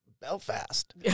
Belfast